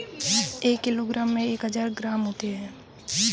एक किलोग्राम में एक हज़ार ग्राम होते हैं